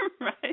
right